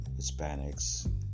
Hispanics